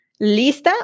Lista